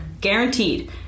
guaranteed